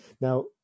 now